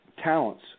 talents